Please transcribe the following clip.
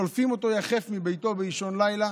שולפים אותו יחף מביתו באישון לילה